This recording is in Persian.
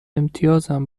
امتیازم